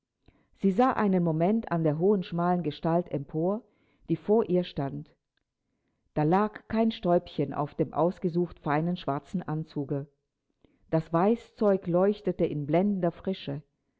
sie sah einen moment an der hohen schmalen gestalt empor die vor ihr stand da lag kein stäubchen auf dem ausgesucht feinen schwarzen anzuge das weißzeug leuchtete in blendender frische